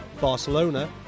Barcelona